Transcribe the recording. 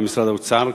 למשרד האוצר,